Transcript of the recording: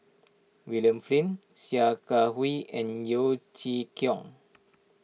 William Flint Sia Kah Hui and Yeo Chee Kiong